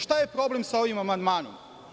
Šta je problem sa ovim amandmanom?